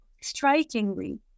strikingly